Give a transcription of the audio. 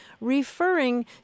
referring